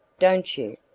don't you?